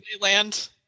land